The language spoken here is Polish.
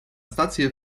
stację